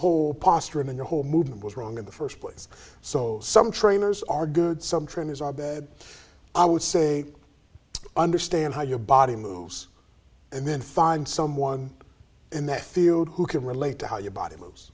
whole posture and your whole movement was wrong in the st place so some trainers are good some trainers are bed i would say understand how your body moves and then find someone in that field who can relate to how your body moves